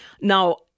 Now